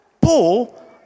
Paul